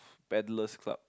paddlers club